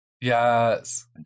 yes